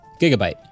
Gigabyte